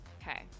okay